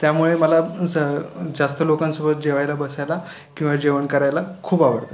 त्यामुळे मला असं जास्त लोकांसोबत जेवायला बसायला किंवा जेवण करायला खूप आवडतं